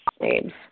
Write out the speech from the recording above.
names